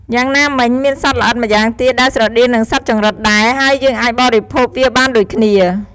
យ៉ាងណាមិញ មានសត្វល្អិតម្យ៉ាងទៀតដែលស្រដៀងនឹងសត្វចង្រិតដែរ ហើយយើងអាចបរិភោគវាបានដូចគ្នា។